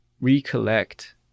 recollect